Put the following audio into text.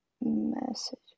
message